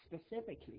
specifically